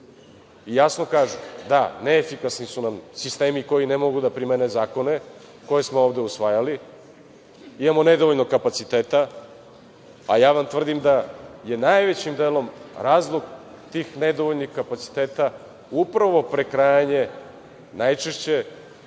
i jasno kažu – da, neefikasni su nam sistemi koji ne mogu da primene zakone koje smo ovde usvajali. Imamo nedovoljno kapaciteta, a ja vam tvrdim da je najvećim delom razlog tih nedovoljnih kapaciteta upravo prekrajanje najčešće